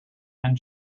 and